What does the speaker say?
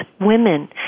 women